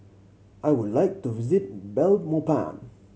I would like to visit Belmopan